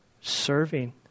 serving